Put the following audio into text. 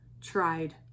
tried